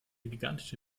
gigantische